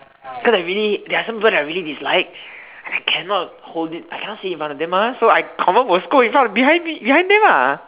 because they are really there are some people that I really dislike and I cannot hold it I cannot say it in front of them mah so I confirm will scold in front behind behind them